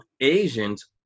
Asians